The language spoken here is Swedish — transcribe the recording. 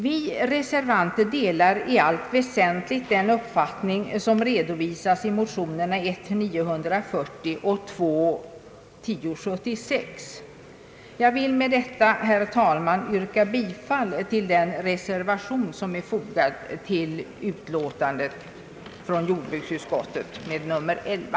Vi reservan Jag vill med detta, herr talman, yrka bifall till den reservation som är fogad till utlåtandet från jordbruksutskottet med nummer 11.